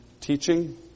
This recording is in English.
teaching